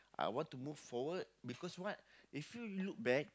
I want to move forward because what they feel you look back